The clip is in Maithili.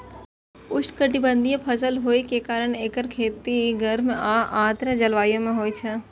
उष्णकटिबंधीय फसल होइ के कारण एकर खेती गर्म आ आर्द्र जलवायु मे होइ छै